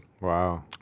Wow